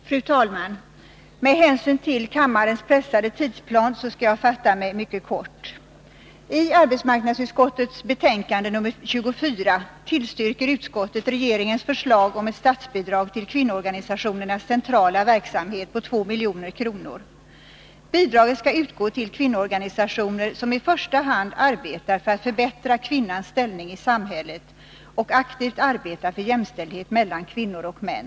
Fru talman! Med hänsyn till kammarens pressade tidsplan skall jag fatta mig mycket kort. tioner som i första hand arbetar för att förbättra kvinnans ställning i Nr 163 samhället och aktivt arbetar för jämställdhet mellan kvinnor och män.